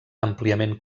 àmpliament